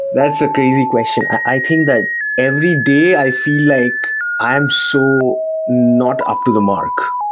that's a crazy question. i think that every day. i feel like i am so not up to the mark.